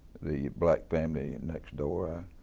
the black family next door,